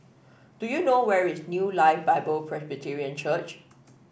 do you know where is New Life Bible Presbyterian Church